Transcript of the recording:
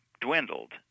dwindled